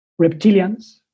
reptilians